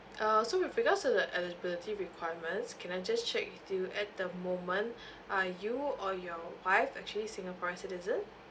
uh so with regards to the eligibility requirements can I just check with you at the moment are you or your wife actually singaporean citizen